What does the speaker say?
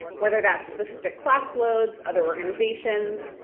whether that's specific class loads, other organizations,